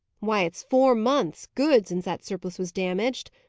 why, it's four months, good, since that surplice was damaged,